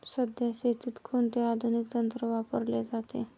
सध्या शेतीत कोणते आधुनिक तंत्र वापरले जाते?